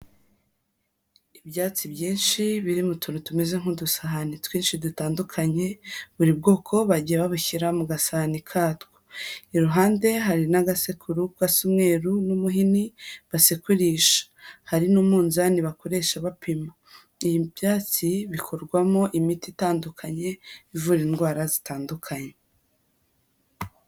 Ibyatsi byinshi biri mu tuntu tumeze nk'udusahani twinshi dutandukanye, buri bwoko bagiye babishyira mu gasahani katwo. Iruhande hari n'agasekuru k'umweruru n'umuhini basekurisha, hari n'umunzani bakoresha bapima ibyatsi bikorwamo imiti itandukanye ivura indwara zitandukanye.